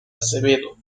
acevedo